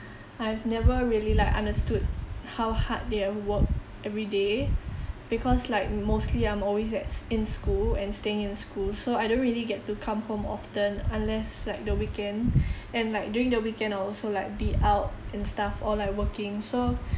I've never really like understood how hard they have worked every day because like mostly I'm always at in school and staying in school so I don't really get to come home often unless like the weekend and like during the weekend I'll also like be out and stuff or like working so